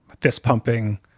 fist-pumping